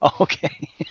Okay